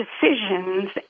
decisions